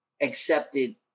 accepted